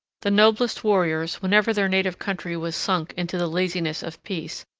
the noblest warriors, whenever their native country was sunk into the laziness of peace,